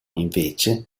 invece